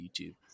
youtube